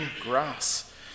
grass